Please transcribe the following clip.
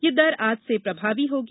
यह दर आज से प्रभावी होगी